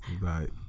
Right